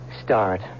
Start